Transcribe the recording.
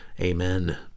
Amen